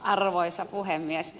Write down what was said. arvoisa puhemies